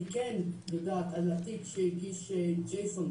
אני כן יודעת על התיק שהגיש ג'ייסון,